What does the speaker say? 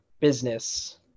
business